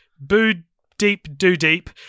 boo-deep-do-deep